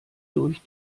durch